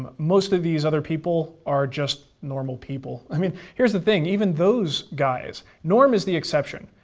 um mostly these other people are just normal people. i mean here's the thing, even those guys. norm is the exception.